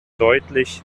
deutlich